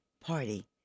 party